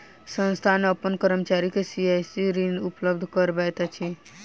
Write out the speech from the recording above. संस्थान अपन कर्मचारी के रियायती ऋण उपलब्ध करबैत अछि